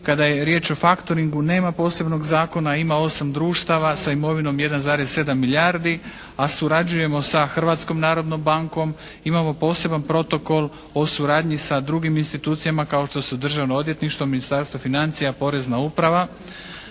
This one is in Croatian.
Kada je riječ o faktoringu nema posebnog zakona. Ima 8 društava sa imovinom 1,7 milijardi a surađujemo sa Hrvatskom narodnom bankom. Imamo poseban protokol o suradnji sa drugim institucijama kao što su Državno odvjetništvo, Ministarstvo financija, Porezna uprava.